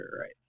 right